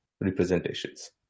representations